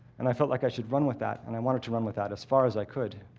and i felt like i should run with that. and i wanted to run with that as far as i could.